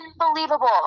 unbelievable